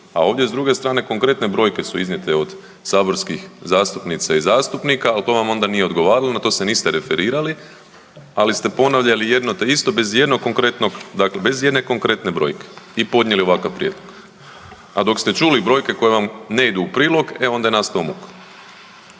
a ovdje s druge strane konkretne brojke su iznijete od saborskih zastupnica i zastupnika, al to vam onda nije odgovaralo, na to se niste referirali, ali ste ponavljali jedno te isto bez ijednog konkretnog, dakle bez ijedne konkretne brojke i podnijeli ovakav prijedlog. A dok ste čuli brojke koje vam ne idu u prilog, e onda je nastao muk.